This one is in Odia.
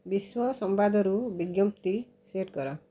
ବିଶ୍ୱ ସମ୍ବାଦରୁ ବିଜ୍ଞପ୍ତି ସେଟ୍ କର